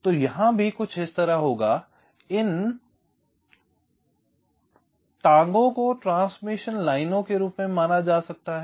तो यहाँ भी यह कुछ इस तरह होगा इन टांगों को ट्रांसमिशन लाइनों के रूप में माना जा सकता है